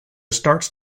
starts